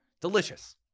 Delicious